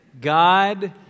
God